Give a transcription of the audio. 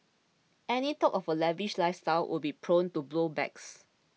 any talk of her lavish lifestyle would be prone to blow backs